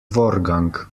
vorgang